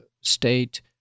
state